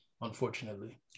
Unfortunately